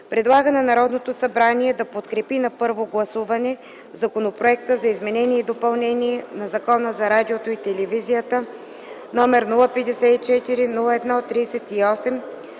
предлага на Народното събрание да подкрепи на първо гласуване Законопроекта за изменение и допълнение на Закона за радиото и телевизията, № 054-01-38,